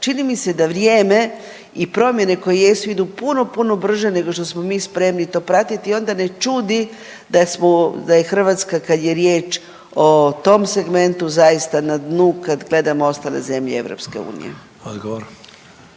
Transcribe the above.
čini mi se da vrijeme i promjene koje jesu idu puno puno brže nego što smo mi spremni to pratiti i onda ne čudi da je Hrvatska kad je riječ o tom segmentu zaista na dnu kad gledamo ostale zemlje EU.